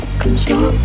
control